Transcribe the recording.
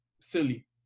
silly